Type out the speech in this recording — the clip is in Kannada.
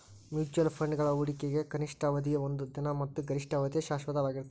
ಮ್ಯೂಚುಯಲ್ ಫಂಡ್ಗಳ ಹೂಡಿಕೆಗ ಕನಿಷ್ಠ ಅವಧಿಯ ಒಂದ ದಿನ ಮತ್ತ ಗರಿಷ್ಠ ಅವಧಿಯ ಶಾಶ್ವತವಾಗಿರ್ತದ